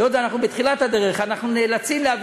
היות שאנחנו בתחילת הדרך אנחנו נאלצים להביא